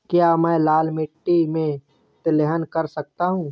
क्या मैं लाल मिट्टी में तिलहन कर सकता हूँ?